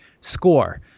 score